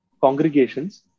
congregations